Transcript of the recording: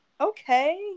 Okay